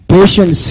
Patient